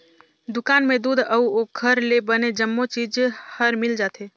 दुकान में दूद अउ ओखर ले बने जम्मो चीज हर मिल जाथे